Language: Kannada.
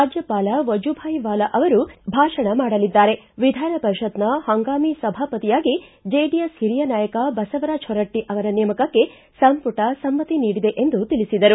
ರಾಜ್ಯಪಾಲ ವಜೂಭಾಯ್ ವಾಲಾ ಭಾಷಣ ಮಾಡಲಿದ್ದಾರೆ ವಿಧಾನ ಪರಿಷತ್ತಿನ ಹಂಗಾಮಿ ಸಭಾಪತಿಯಾಗಿ ಜೆಡಿಎಸ್ ಹಿರಿಯ ನಾಯಕ ಬಸವರಾಜ್ ಹೊರಟ್ಟ ಅವರ ನೇಮಕಕ್ಕೆ ಸಂಪುಟ ಸಮ್ಹತಿ ನೀಡಿದೆ ಎಂದು ತಿಳಿಸಿದರು